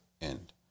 end